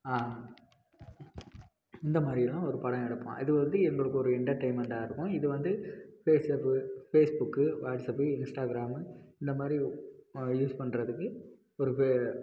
இந்த மாதிரிலாம் ஒரு படம் எடுப்போம் அது வந்து எங்களுக்கு ஒரு என்டர்டைமெண்டாக இருக்கும் இது வந்து ஃபேஸ்ஆப்பு ஃபேஸ்புக் வாட்சப்பு இன்ஸ்டாகிராமு இந்த மாதிரி யூஸ் பண்ணுறதுக்கு ஒரு இது